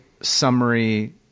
summary